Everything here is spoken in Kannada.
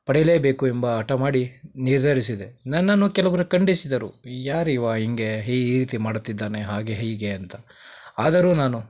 ಪಡಿಲೇಬೇಕು ಎಂಬ ಹಟ ಮಾಡಿ ನಿರ್ಧರಿಸಿದೆ ನನ್ನನ್ನು ಕೆಲವರು ಖಂಡಿಸಿದರು ಯಾರಿವ ಹಿಂಗೆ ಈ ಈ ರೀತಿ ಮಾಡುತ್ತಿದ್ದಾನೆ ಹಾಗೆ ಹೀಗೆ ಅಂತ ಆದರೂ ನಾನು